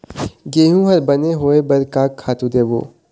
गेहूं हर बने होय बर का खातू देबो?